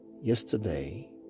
yesterday